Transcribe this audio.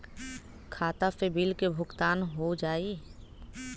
खाता से बिल के भुगतान हो जाई?